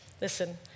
Listen